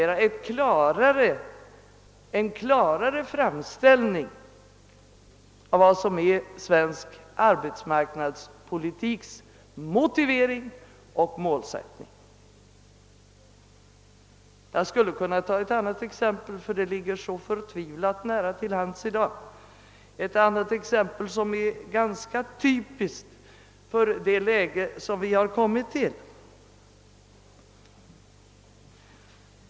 Vi borde kunna få en klarare framställning av motiveringen till och målsättningen för svensk arbetsmarknadspolitik. Jag skulle kunna ta också ett annat exempel, som ligger så nära till hands i dag och som är ganska typiskt för det läge vi hamnat i.